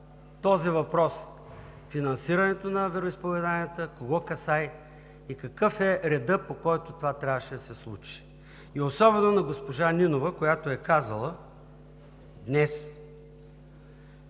този въпрос – финансирането на вероизповеданията, кого касае и какъв е редът, по който това трябваше да се случи, и особено на госпожа Нинова, която е казала днес,